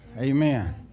Amen